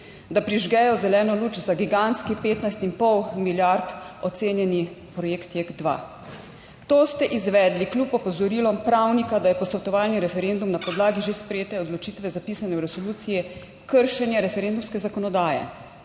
da prižgejo zeleno luč za gigantski, 15 in pol milijard ocenjeni projekt Jek 2. To ste izvedli kljub opozorilom pravnika, da je posvetovalni referendum na podlagi že sprejete odločitve, zapisane v resoluciji kršenje referendumske zakonodaje.